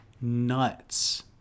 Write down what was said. nuts